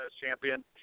champion